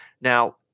Now